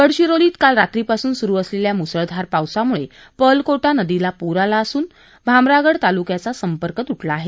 गडचिरोलीत काल रात्रीपासून सुरु असलेल्या मुसळधार पावसामुळे पर्लकोटा नदीला पूर आला असून भामरागड तालुक्याचा संपर्क तुटला आहे